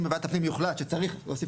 אם בוועדת הפנים יוחלט שצריך להוסיף